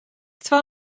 twa